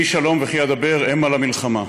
"אני שלום וכי אדבר המה למלחמה"